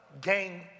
gain